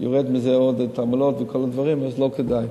יורד מזה עוד עמלות וכל הדברים, אז זה לא כדאי.